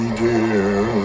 dear